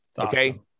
Okay